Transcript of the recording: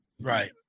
Right